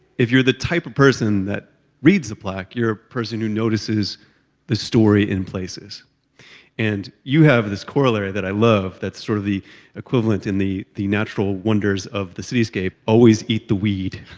if you're the type of person that reads the plaque, you're a person who notices the story in places and you have this corollary that i love, that's sort of the equivalent in the the natural wonders of the cityscape, always eat the weed.